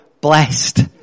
blessed